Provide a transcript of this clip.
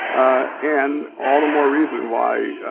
and all the more reason why